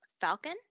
Falcon